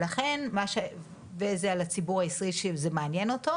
לכן זה על הציבור הישראלי שזה מעניין אותו,